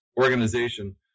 organization